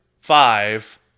five